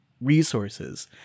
resources